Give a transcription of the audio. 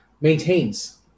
maintains